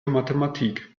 mathematik